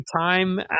time